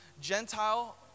Gentile